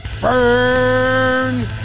burn